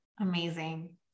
Amazing